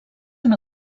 una